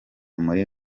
muri